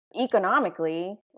economically